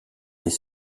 des